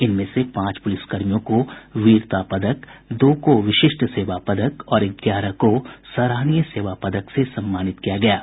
इनमें से पांच पूलिस कर्मियों को वीरता पदक दो को विशिष्ट सेवा पदक और ग्यारह को सराहनीय सेवा पदक से सम्मानित किया गया है